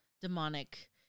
demonic